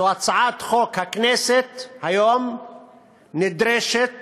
הכנסת היום נדרשת